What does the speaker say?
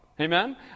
amen